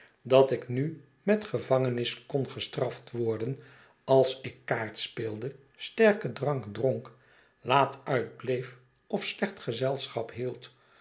dat ik nu met gevangenis kon gestraft worden als ik kaartspeelde sterken drank dronk laat uitbleef of siecht gezelschap hield